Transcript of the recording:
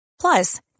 Plus